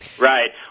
Right